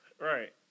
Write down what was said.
Right